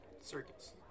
Circus